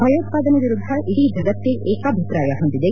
ಭಯೋತ್ಸಾದನೆಯ ವಿರುದ್ದ ಇಡೀ ಜಗತ್ತೆ ಏಕಾಭಿಪ್ರಾಯ ಹೊಂದಿದೆ